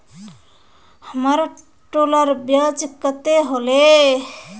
हमर टोटल ब्याज कते होले?